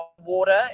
water